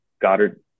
Goddard